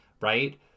right